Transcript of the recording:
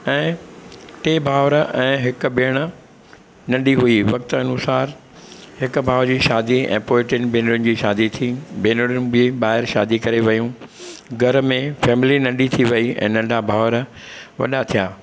ऐं टे भाउरु ऐं हिक भेण नंढी हुई वक़्तु अनूसार हिकु भाउ जी शादी ऐं पोइ टिनि भेनरुनि जी शादी थी भेनरूं बि ॿाहिरि शादी करे वयूं घर में फेमली नंढी थी वई ऐं नंढा भाउर वॾा थिया